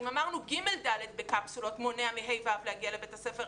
אם אמרנו ג'-ד' בקפסולות מונע מכיתות ה'-ו' להגיע לבית הספר,